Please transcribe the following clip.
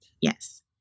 Yes